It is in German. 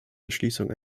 entschließung